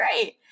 great